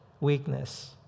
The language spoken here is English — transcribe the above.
weakness